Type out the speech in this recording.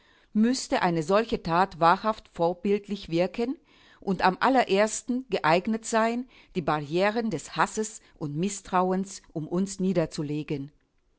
müßte eine solche tat wahrhaft vorbildlich wirken und am allerersten geeignet sein die barrieren des hasses und mißtrauens um uns niederzulegen